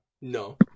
No